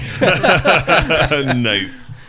nice